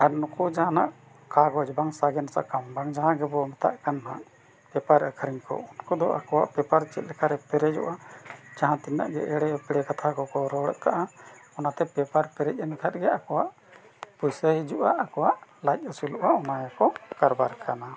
ᱟᱨ ᱱᱩᱠᱩ ᱡᱟᱦᱟᱱᱟᱜ ᱠᱟᱜᱚᱡᱽ ᱵᱟᱝ ᱥᱟᱜᱮᱱ ᱥᱟᱠᱟᱢ ᱵᱟᱝ ᱡᱟᱦᱟᱸ ᱜᱮᱵᱚ ᱢᱮᱛᱟᱜ ᱠᱟᱱ ᱦᱟᱸᱜ ᱯᱮᱯᱟᱨ ᱟᱹᱠᱷᱟᱨᱤᱧ ᱠᱚ ᱩᱱᱠᱩ ᱫᱚ ᱟᱠᱚᱣᱟᱜ ᱯᱮᱯᱟᱨ ᱪᱮᱫ ᱞᱮᱠᱟ ᱨᱮ ᱯᱮᱨᱮᱡᱚᱜᱼᱟ ᱡᱟᱦᱟᱸ ᱛᱤᱱᱟᱹᱜ ᱜᱮ ᱮᱲᱮ ᱩᱯᱲᱮ ᱠᱟᱛᱷᱟ ᱠᱚᱠᱚ ᱨᱚᱲᱮᱫᱟᱜᱼᱟ ᱚᱱᱟᱛᱮ ᱯᱮᱯᱟᱨ ᱯᱮᱨᱮᱡ ᱮᱱ ᱠᱷᱟᱡ ᱜᱮ ᱟᱠᱚᱣᱟᱜ ᱯᱩᱭᱥᱟᱹ ᱦᱤᱡᱩᱜᱼᱟ ᱟᱠᱚᱣᱟᱜ ᱞᱟᱡ ᱟᱹᱥᱩᱞᱚᱜᱼᱟ ᱚᱱᱟ ᱜᱮᱠᱚ ᱠᱟᱨᱵᱟᱨ ᱠᱟᱱᱟ